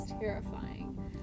terrifying